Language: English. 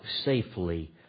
safely